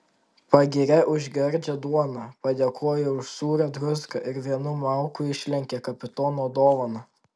pagiria už gardžią duoną padėkoja už sūrią druską ir vienu mauku išlenkia kapitono dovaną